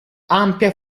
ampia